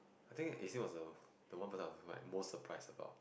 I think Aseen was the one person I was the most surprised about